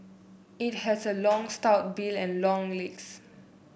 it has a long stout bill and long legs